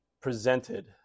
presented